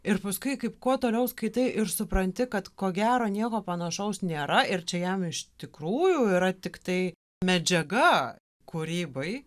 ir paskui kaip kuo toliau skaitai ir supranti kad ko gero nieko panašaus nėra ir čia jam iš tikrųjų yra tiktai medžiaga kūrybai